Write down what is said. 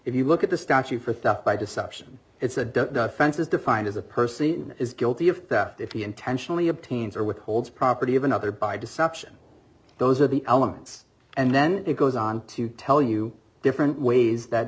if you look at the statute for theft by deception it's a double fence is defined as a person is guilty of theft if he intentionally obtains or withholds property of another by deception those are the elements and then it goes on to tell you different ways that